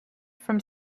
from